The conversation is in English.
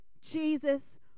Jesus